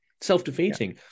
self-defeating